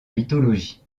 mythologie